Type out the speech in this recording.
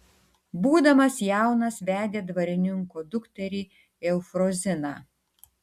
būdamas jaunas vedė dvarininko dukterį eufroziną